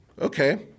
Okay